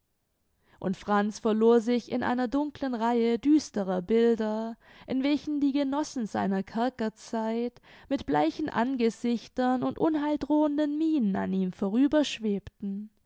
und franz verlor sich in einer dunklen reihe düsterer bilder in welchen die genossen seiner kerkerzeit mit bleichen angesichtern und unheildrohenden mienen an ihm